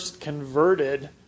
converted